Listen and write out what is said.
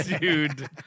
Dude